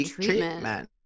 Treatment